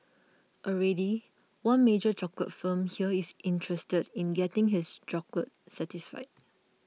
already one major chocolate firm here is interested in getting its chocolates certified